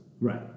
Right